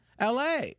LA